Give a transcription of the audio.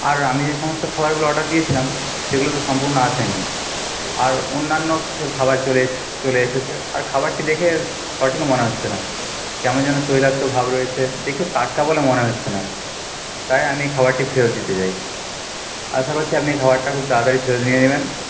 আর আমি যে সমস্ত খাবারগুলো অর্ডার দিয়েছিলাম সেগুলো তো সম্পূর্ণ আসে নি আর অন্যান্য কী সব খাবার চলে চলে এসেছে আর খাবারটি দেখে সঠিক মনে হচ্ছে না কেমন যেন তৈলাক্তভাব রয়েছে দেখেও টাটকা বলে মনে হচ্ছে না তাই আমি এই খাবারটি ফেরত দিতে চাই আশা করছি আপনি এই খাবারটা খুব তাড়াতাড়ি ফেরত নিয়ে নেবেন